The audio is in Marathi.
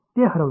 ते हरवले